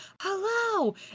hello